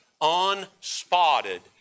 unspotted